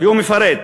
והוא מפרט: